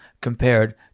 compared